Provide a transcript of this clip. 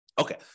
Okay